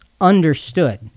understood